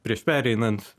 prieš pereinant